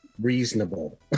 reasonable